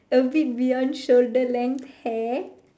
a bit beyond shoulder length hair